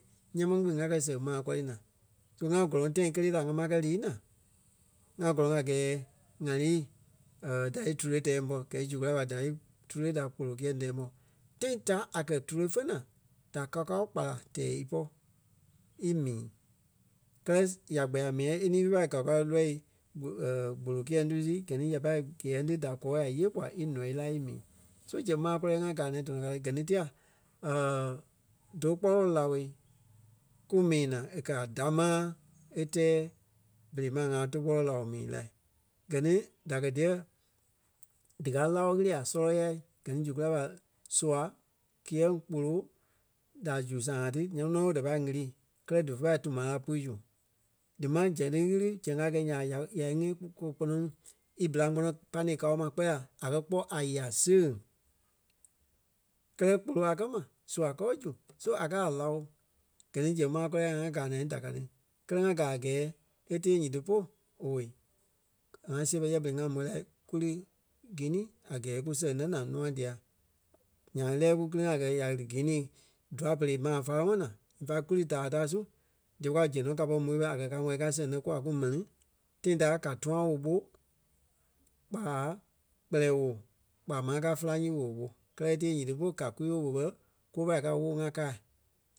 ńyãa ma kpîŋ ŋa kɛ́ sɛŋ maa kɔri naa. So ŋa gɔlɔŋ tãi kélee da ŋá pai kɛ́ lii naa, ŋá gɔlɔŋ a gɛɛ ŋa lii da lí tule tɛɛ pɔ́ gɛɛ zu kulâi ɓa da lí tule da kpolo kiyɛŋ tɛɛ pɔ́. Tãi ta a kɛ̀ tule fé naa da kakao kpala tɛɛ ípɔ í mii. Kɛlɛ ya kpɛɛ a mîi e ni wɔ̀ a kakao lɔi kpolo kiyɛŋ ti su gɛ ni ya pai kiyɛŋ ti da kɔɔ a í ǹyee gbua í ǹɔ́ í lá í mii. So zɛŋ maa gɔ́rii ŋai ka ŋí tɔnɔ ka ti. Gɛ ni tela dou kpɔ́lɔ láo kú mii naa e kɛ̀ a damaa e tɛɛ berei ma ŋa tou kpɔ́lɔ láo mii lai. Gɛ ni da kɛ́ diyɛ díkaa láo ɣili a sɔlɔ yaâi gɛ ni zu kulâi ɓa, sua kiyɛŋ kpolo da zu sãa ti ńyãa nɔ ɓé da pâi ɣili. Kɛlɛ dífe pâi tuma laa pui zu. Di máŋ zɛŋ ti ɣili, zɛŋ a gɛi nya ɓa ya- ya íŋɛi gbu ku kpɔnɔ ŋí íbîlaŋ kpɔnɔ pane kao ma kpɛɛ la a kɛ kpɔ́ a yá sẽŋ. Kɛlɛ kpolo a kɛ̀ ma, sua kɔɔ zu so a kɛ́ a láo. Gɛ ni zɛŋ maa gɔrii ŋai ŋá káa naa da ka ti. Kɛ̌lɛ ŋá gaa a gɛɛ e tée nyiti polu owei. ŋa sɛbɛ yɛ berei ŋa mò lai kú li Guinea a gɛɛ kú sɛŋ lɛ́ naa nûa dia. Nyaŋ e lɛ́ɛ kú kili-ŋa a gɛɛ ya lí Guinea dûai-pere maa fáleŋɔɔ naa. In fact kú lí daai da su dífe pai zɛŋ nɔ ka pɔri môi kûa a kɛ̀ ka wɛli ka sɛŋ lɛ́ kûa kú mɛni. Tãi ta ka tũaŋ woo ɓó kpaa kpɛlɛɛ woo kpaa máŋ ka Fulaŋí woo ɓó. Kɛlɛ e tée nyiti polu ka kwii-woo ɓo bɛ kufe pai ka woo ŋa kâa.